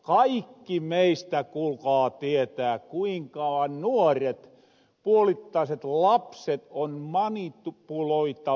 kaikki meistä kuulkaa tietää kuinka nuoret puolittaiset lapset on manipuloitavissa